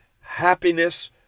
happiness